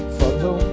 follow